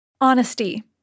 Honesty